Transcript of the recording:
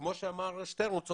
כמו שאמר שטרן, הוא צודק,